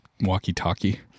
walkie-talkie